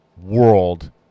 world